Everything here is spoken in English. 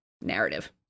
narrative